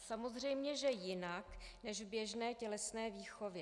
Samozřejmě že jinak než v běžné tělesné výchově.